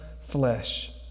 flesh